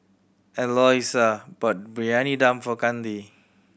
Eloisa bought Briyani Dum for Kandy